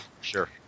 sure